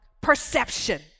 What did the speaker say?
perception